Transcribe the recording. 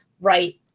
right